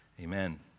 Amen